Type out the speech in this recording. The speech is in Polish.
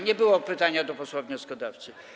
Nie było pytania do posła wnioskodawcy.